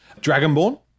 dragonborn